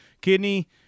kidney